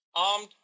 Armed